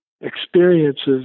experiences